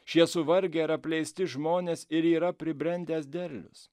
šie suvargę ir apleisti žmonės ir yra pribrendęs derlius